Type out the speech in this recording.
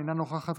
אינו נוכח,